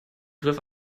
griff